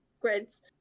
grids